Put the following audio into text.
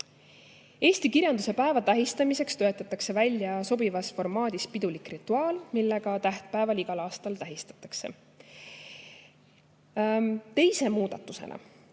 Eesti kirjanduse päeva tähistamiseks töötatakse välja sobivas formaadis pidulik rituaal, millega tähtpäeva igal aastal tähistatakse. Teise muudatusena